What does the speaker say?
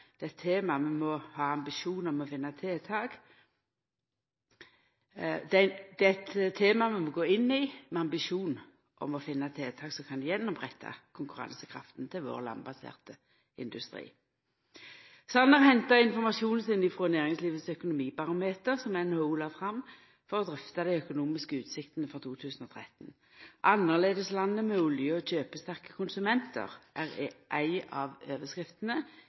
eit tema vi må gå inn i med ambisjonar om å finna tiltak som kan gje konkurransekrafta tilbake til vår landbaserte industri. Sanner hentar informasjon frå Næringslivets økonomibarometer, som NHO har lagt fram, for å drøfta dei økonomiske utsiktene for 2013. «Annerledeslandet med olje og kjøpesterke konsumenter» er ei av overskriftene